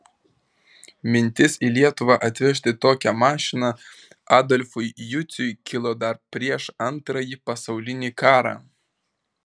mintis į lietuvą atvežti tokią mašiną adolfui juciui kilo dar prieš antrąjį pasaulinį karą